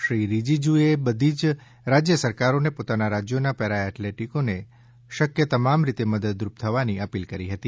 શ્રી રીજીજૂએ બધી જ રાજ્ય સરકારોને પોતાના રાજ્યોના પેરા એથ્લેટોને શક્ય તમામ રીતે મદદરૂપ થવાની અપીલ કરી હતી